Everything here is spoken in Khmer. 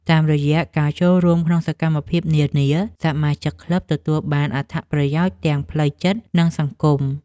តាមរយៈការចូលរួមក្នុងសកម្មភាពនានា សមាជិកក្លឹបទទួលបានអត្ថប្រយោជន៍ទាំងផ្លូវចិត្ត និងសង្គម។